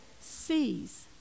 sees